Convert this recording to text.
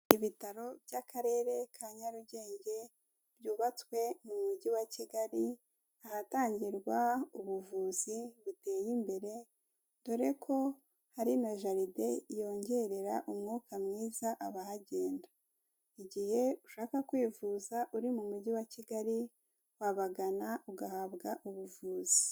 Ibitaro bya Akarere ka Nyarugenge byubatswe mu mujyi wa Kigali ahatangirwa ubuvuzi buteye imbere, dore ko hari na jaride yongerera umwuka mwiza abahagenda, igihe ushaka kwivuza uri mu mujyi wa Kigali wabagana ugahabwa ubuvuzi.